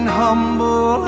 humble